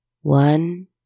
One